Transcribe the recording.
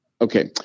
Okay